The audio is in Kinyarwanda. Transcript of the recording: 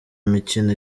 imikino